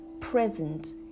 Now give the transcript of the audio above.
present